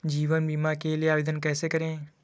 जीवन बीमा के लिए आवेदन कैसे करें?